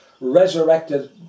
resurrected